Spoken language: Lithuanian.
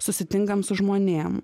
susitinkam su žmonėm